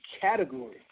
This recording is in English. category